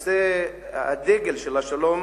שהדגל של השלום